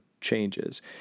changes